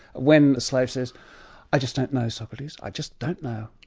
when the slave says i just don't know, socrates, i just don't know.